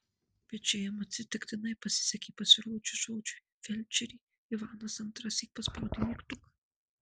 bet čia jam atsitiktinai pasisekė pasirodžius žodžiui felčerė ivanas antrąsyk paspaudė mygtuką